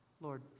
Lord